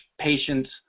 patients